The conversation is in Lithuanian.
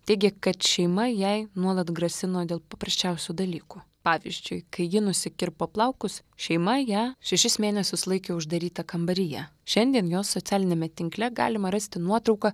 teigė kad šeima jai nuolat grasino dėl paprasčiausių dalykų pavyzdžiui kai ji nusikirpo plaukus šeima ją šešis mėnesius laikė uždarytą kambaryje šiandien jos socialiniame tinkle galima rasti nuotrauką